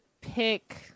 pick